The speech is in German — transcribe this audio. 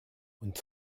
und